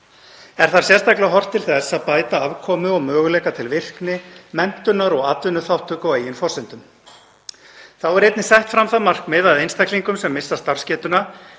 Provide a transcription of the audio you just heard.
Er þar sérstaklega horft til þess að bæta afkomu og möguleika til virkni, menntunar og atvinnuþátttöku á eigin forsendum. Þá er einnig sett fram það markmið að einstaklingum sem missa starfsgetuna